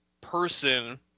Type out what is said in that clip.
person